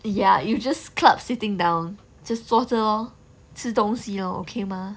ya you just club sitting down just 坐着 lor 吃东西 lor okay mah